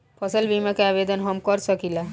फसल बीमा के आवेदन हम कर सकिला?